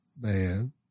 Man